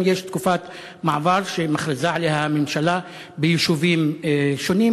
יש גם תקופת מעבר שמכריזה עליה הממשלה ביישובים שונים